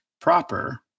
proper